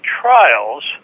trials